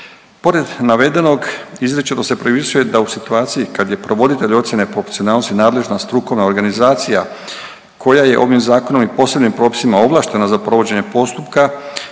Pored navedenog izričito se propisuje da u situaciji kad je provoditelj ocjene proporcionalnosti nadležna strukovna organizacija koja je ovim zakonom i posebnim propisima ovlaštena za provođenje postupka